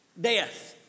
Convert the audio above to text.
Death